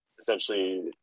essentially